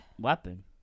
Weapon